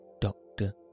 Doctor